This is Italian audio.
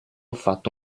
fatto